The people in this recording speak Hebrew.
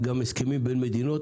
גם הסכמים בין מדינות.